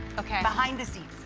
okay. behind the scenes.